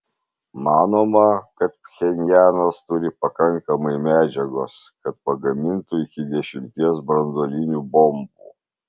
manoma kad pchenjanas turi pakankamai medžiagos kad pagamintų iki dešimties branduolinių bombų